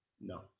No